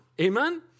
Amen